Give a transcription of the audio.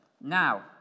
Now